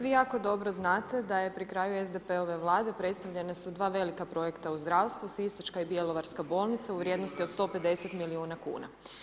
Vi jako dobro znate da je pri kraju SDP-ove Vlade, predstavljena su dva velika projekta u zdravstvu Sisačka i Bjelovarska bolnica u vrijednosti od 150 milijuna kuna.